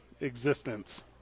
existence